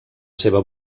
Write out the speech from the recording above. seva